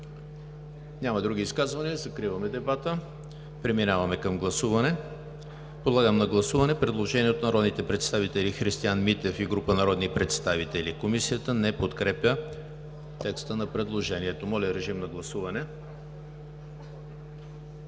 Други изказвания? Няма. Закриваме дебата. Преминаваме към гласуване. Подлагам на гласуване предложението на народния представител Христиан Митев и група народни представител – Комисията не подкрепя текста на предложението. Гласували